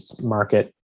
market